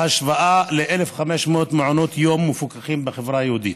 בהשוואה ל-1,500 מעונות יום מפוקחים בחברה היהודית.